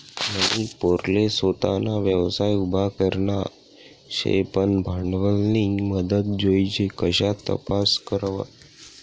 मनी पोरले सोताना व्यवसाय उभा करना शे पन भांडवलनी मदत जोइजे कशा तपास करवा?